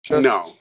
No